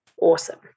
awesome